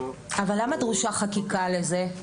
או --- למה דרושה חקיקה לזה?